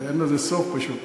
אין לזה סוף, פשוט.